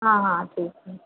हाँ हाँ ठीक है